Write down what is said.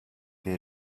que